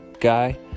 guy